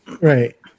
Right